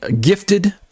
gifted